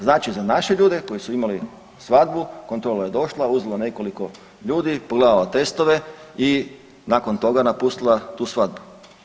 Znači za naše ljude koji su imali svadbu, kontrola je došla, uzela nekoliko ljudi, pogledala testove i nakon toga napustila tu svadbu.